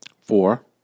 four